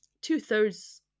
two-thirds